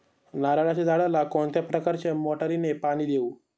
नारळाच्या झाडाला कोणत्या प्रकारच्या मोटारीने पाणी देऊ?